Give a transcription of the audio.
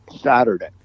Saturday